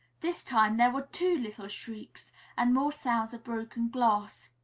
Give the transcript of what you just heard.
this time there were two little shrieks and more sounds of broken glass.